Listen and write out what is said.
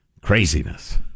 Craziness